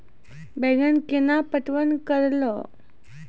बैंगन केना पटवन करऽ लो?